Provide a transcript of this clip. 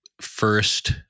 first